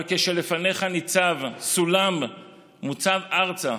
אבל כשלפניך ניצב סולם מוצב ארצה